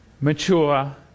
mature